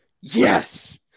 Yes